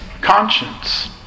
conscience